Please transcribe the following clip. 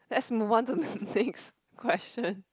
let's move on to the next question